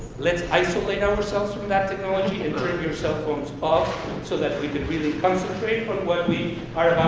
let's isolate ourselves from that technology and turn your cell phones off so that we can really concentrate on what we are